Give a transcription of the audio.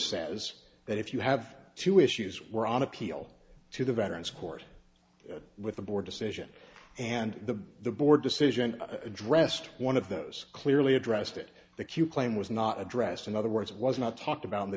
says that if you have two issues where on appeal to the veterans court with the board decision and the the board decision addressed one of those clearly addressed it the q claim was not addressed in other words was not talked about